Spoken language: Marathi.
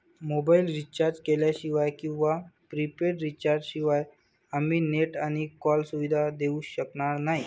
मोबाईल रिचार्ज केल्याशिवाय किंवा प्रीपेड रिचार्ज शिवाय आम्ही नेट आणि कॉल सुविधा घेऊ शकणार नाही